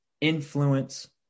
influence